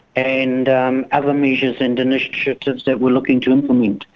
and um other measures and initiatives that we are looking to implement.